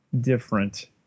different